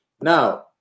Now